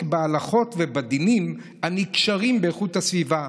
בהלכות ובדינים הנקשרים באיכות הסביבה.